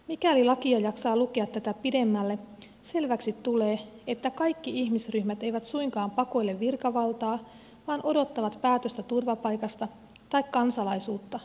mikäli lakia jaksaa lukea tätä pidemmälle selväksi tulee että kaikki ihmisryhmät eivät suinkaan pakoile virkavaltaa vaan odottavat päätöstä turvapaikasta tai kansalaisuutta